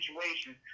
situation